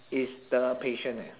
is the patient eh